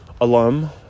alum